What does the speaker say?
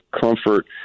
comfort